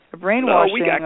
Brainwashing